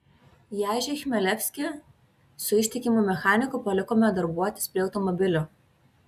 ježį chmelevskį su ištikimu mechaniku palikome darbuotis prie automobilio